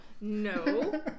No